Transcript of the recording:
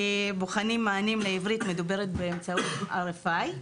אנחנו בוחנים מענים לעברית מדוברת באמצעות RFI,